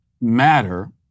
matter